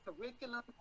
curriculum